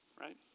Right